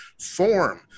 form